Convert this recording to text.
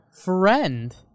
friend